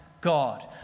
God